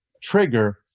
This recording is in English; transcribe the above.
trigger